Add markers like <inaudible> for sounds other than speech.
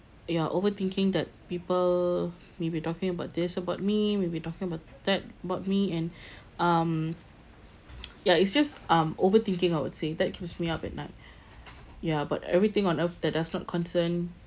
ya overthinking that people may be talking about this about me may be talking about that about me and <breath> um ya it's just um overthinking I would say that keeps me up at night <breath> ya but everything on earth that does not concern